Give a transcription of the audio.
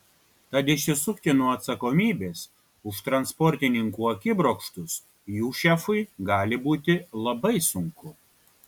tad išsisukti nuo atsakomybės už transportininkų akibrokštus jų šefui gali būti labai sunku